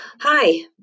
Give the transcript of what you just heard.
Hi